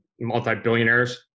multi-billionaires